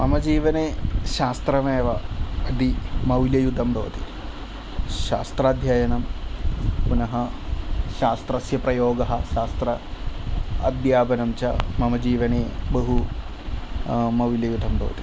मम जीवने शास्त्रम् एव अति मौल्ययुतं भवति शास्त्राध्ययनं पुनः शास्त्रस्य प्रयोगः शास्त्र अध्यापनं च मम जीवने बहु मौल्ययुतं भवति